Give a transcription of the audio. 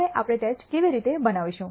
હવે આપણે ટેસ્ટ કેવી રીતે બનાવીશું